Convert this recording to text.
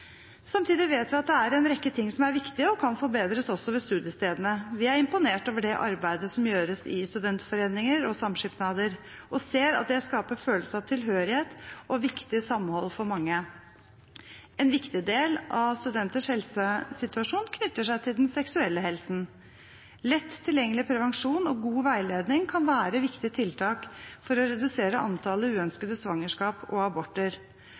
Samtidig vet vi at det er en rekke ting som er viktige og kan forbedres – også ved studiestedene. Vi er imponert over det arbeidet som gjøres i studentforeninger og samskipnader, og ser at det skaper følelse av tilhørighet og viktig samhold for mange. En viktig del av studenters helsesituasjon knytter seg til den seksuelle helsen. Lett tilgjengelig prevensjon og god veiledning kan være viktige tiltak for å redusere antallet uønskede svangerskap og aborter.